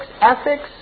ethics